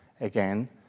again